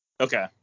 Okay